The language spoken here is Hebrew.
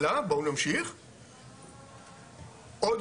זאת עוד